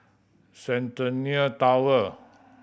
Centennial Tower